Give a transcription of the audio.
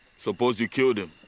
suppose you killed him?